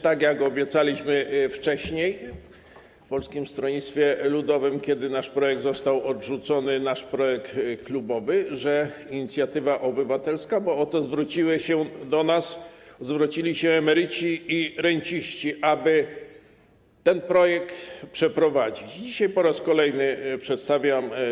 Tak jak obiecaliśmy wcześniej w Polskim Stronnictwie Ludowym - kiedy nasz projekt został odrzucony, nasz projekt klubowy, inicjatywa obywatelska, bo o to zwrócili się do nas emeryci i renciści - aby ten projekt przeprowadzić, dzisiaj po raz kolejny go przedstawiam.